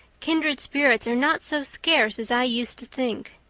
kindred spirits are not so scarce as i used to think.